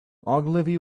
ogilvy